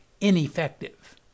ineffective